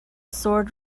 sword